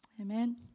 Amen